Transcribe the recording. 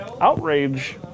outrage